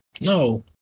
No